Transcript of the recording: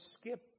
skip